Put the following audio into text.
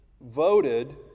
voted